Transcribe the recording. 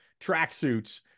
tracksuits